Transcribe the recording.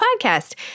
podcast